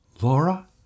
Laura